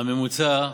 הממוצע,